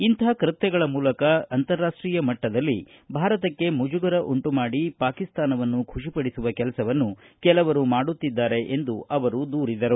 ಇಂಥ ಕೃತ್ಯಗಳ ಮೂಲಕ ಅಂತಾರಾಷ್ಟೀಯ ಮಟ್ಟದಲ್ಲಿ ಭಾರತಕ್ಕೆ ಮುಜಗರ ಉಂಟು ಮಾಡಿ ಪಾಕಿಸ್ತಾನ ಖುಷಿಪಡಿಸುವ ಕೆಲಸವನ್ನು ಕೆಲವರು ಮಾಡುತ್ತಿದ್ದಾರೆ ಎಂದು ಅವರು ಹೇಳಿದರು